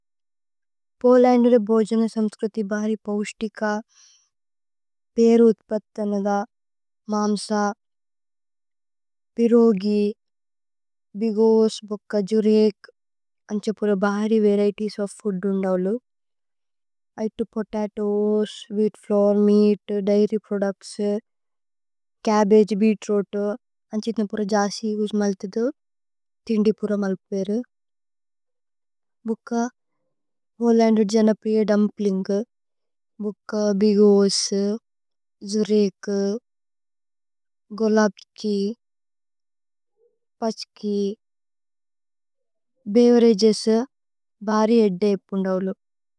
പോലന്ദുലേ ബോജന സന്ത്ക്രിതി ബഹരി പൌശ്തിക। പേരു ഉത്പത്തനദ, മാമ്സ, പിരോഗി, ബിഗോസ്, ബുക്ക। ജുരേക്, അന്ഛ പുര ബഹരി വരിഏതിഏസ് ഓഫ് ഫൂദ്। ദുന്ദവുലു ഐതു potatoes wheat flour meat. Dairy products ചബ്ബഗേ ബീത്രൂത് അന്ഛ ഇത്ന। പുര ജസി ഉജ്മല്തദു ഥിന്ദി പുര മല്പ്വേരു। ഭുക്ക പോലന്ദു ജനപ്രിയ ദുമ്പ്ലിന്ഗ് ബുക്ക। Bigos zurek golabki paczki. ബേവേരഗേസ് ബഹരി ഏദ്ദ ഇപുന്ദവുലു।